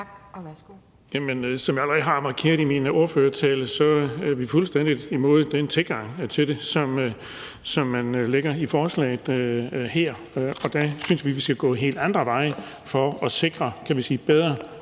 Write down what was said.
Som jeg allerede har markeret i min ordførertale, er vi fuldstændig imod den tilgang til det, som man lægger i forslaget her. Der synes vi, at vi skal gå helt andre veje for at sikre bedre